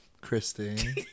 Christine